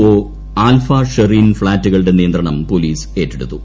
O Alfa Serene ഫ്ളാറ്റുകളുടെ നിയന്ത്രണം police ഏറ്റെടുത്തു